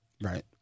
Right